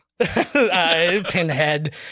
Pinhead